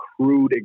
crude